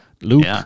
Luke